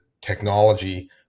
technology